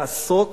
לעסוק